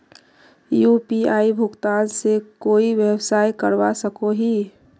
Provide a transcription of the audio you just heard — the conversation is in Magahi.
यु.पी.आई भुगतान से कोई व्यवसाय करवा सकोहो ही?